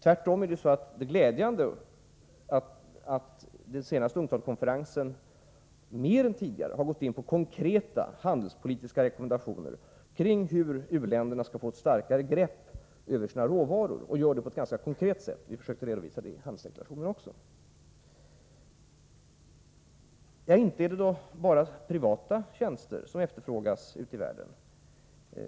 Det är tvärtom glädjande att den senaste UNCTAD-konferensen mer än tidigare har gått in på konkreta handelspolitiska rekommendationer om hur u-länderna skall få ett starkare grepp över sina råvaror. Vi försökte redovisa också det i den handelspolitiska deklarationen. Det är inte bara privata tjänster som efterfrågas ute i världen.